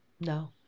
No